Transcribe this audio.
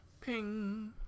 ping